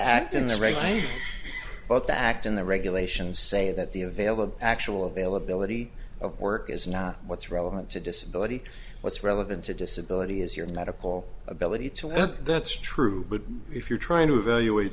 act in the right but the act in the regulations say that the available actual availability of work is not what's relevant to disability what's relevant to disability is your medical ability to lead that's true but if you're trying to evaluate